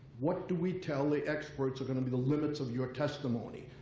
what do we tell the experts are going to be the limits of your testimony?